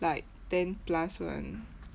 like ten plus [one]